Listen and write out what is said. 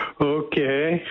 Okay